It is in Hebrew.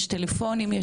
יש טלפונים.